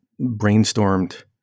brainstormed